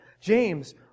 James